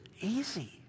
Easy